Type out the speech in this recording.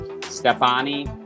stephanie